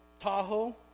Tahoe